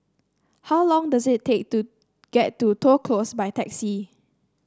how long does it take to get to Toh Close by taxi